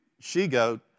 she-goat